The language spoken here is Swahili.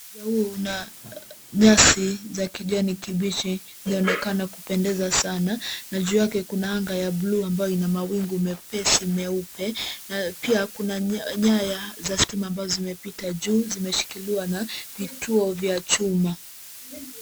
Uwanja huu una nyasi za kijani kibichi, zinaonekana kupendeza sana na juu yake kuna anga ya buluu ambayo ina mawingu mepesi meupe na pia kuna nyaya za stima ambazo zimepita juu, zimeshikiliwa na vituo vya chuma.